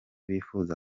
bifuza